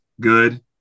good